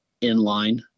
inline